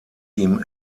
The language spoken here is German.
ihm